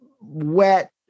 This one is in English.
wet